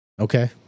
Okay